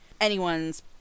anyone's